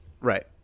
right